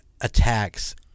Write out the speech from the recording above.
attacks